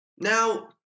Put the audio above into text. Now